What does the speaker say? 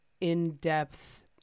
in-depth